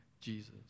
Jesus